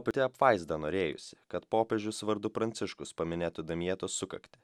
pati apvaizda norėjusi kad popiežius vardu pranciškus paminėtų damjetos sukaktį